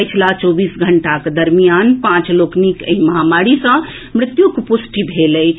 पछिला चौबीस घंटाक दरमियान पांच लोकनिक एहि महामारी सऽ मृत्युक पुष्टि भेल अछि